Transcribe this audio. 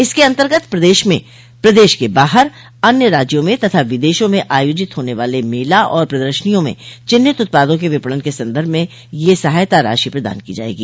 इसके अन्तर्गत प्रदेश में प्रदेश के बाहर अन्य राज्यों में तथा विदेशों में आयोजित होने वाल मेला और प्रदशनियों में चिहिन्त उत्पादों के विपणन के सन्दर्भ में यह सहायता राशि प्रदान की जायेगी